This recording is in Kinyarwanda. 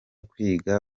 kwiga